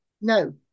No